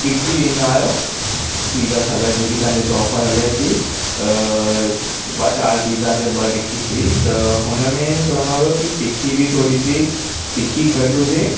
टिक्की ॾींदा आहियो पिज़्ज़ा सां गॾु जेकी तव्हांजे हिते ऑफर हले ति चारि पिज़्ज़ा ते ॿ टिक्की फ्री त हुन में चवणो हुओ की टिक्की बि थोरी सी तिखी घटि हुजे